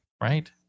right